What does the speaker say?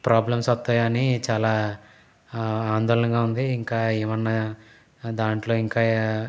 problems వస్తాయని చాలా ఆందోళనగా ఉంది ఇంకా ఏమన్నా దాంట్లో ఇంకా